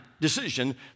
decision